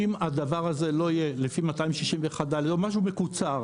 אם הדבר הזה לא יהיה לפי 261(ד) או משהו מקוצר,